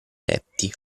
letti